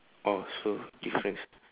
oh so different